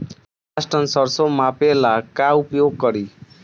पाँच टन सरसो मापे ला का उपयोग करी?